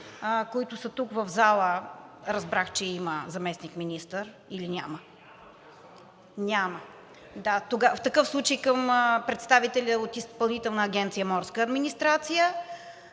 които са тук в залата. Разбрах, че има заместник-министър. Или няма? Няма. В такъв случай към представителя от Изпълнителна агенция „Морска администрация“.